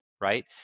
Right